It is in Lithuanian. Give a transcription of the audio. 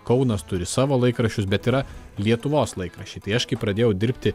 kaunas turi savo laikraščius bet yra lietuvos laikraščiai tai aš kai pradėjau dirbti